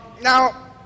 Now